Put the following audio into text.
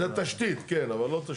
זה תשתית, כן, אבל לא תשתית לאומית.